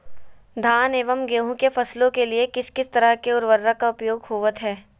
धान एवं गेहूं के फसलों के लिए किस किस तरह के उर्वरक का उपयोग होवत है?